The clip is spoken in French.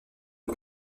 aux